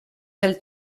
del